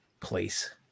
place